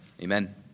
amen